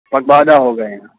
پگ بادھا ہو گئے ہیں